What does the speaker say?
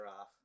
off